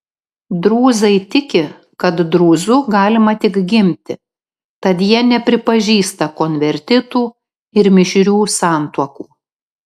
drūzai tiki kad drūzu galima tik gimti tad jie nepripažįsta konvertitų ir mišrių santuokų